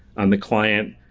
on the client,